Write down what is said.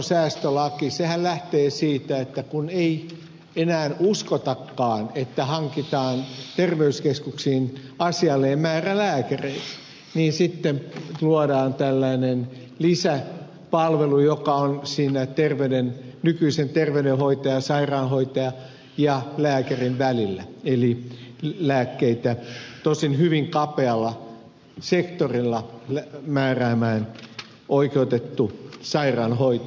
sehän lähtee siitä että kun ei enää uskotakaan että hankitaan terveyskeskuksiin asiallinen määrä lääkäreitä niin sitten luodaan tällainen lisäpalvelu joka on siinä nykyisen terveydenhoitajan sairaanhoitajan ja lääkärin välillä eli lääkkeitä tosin hyvin kapealla sektorilla määräämään oikeutettu sairaanhoitaja